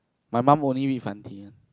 my mum only read 繁体 one